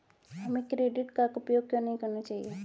हमें credit card का उपयोग क्यों नहीं करना चाहिए?